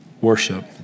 worship